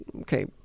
okay